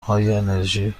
انرژی